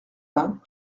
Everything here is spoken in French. vingt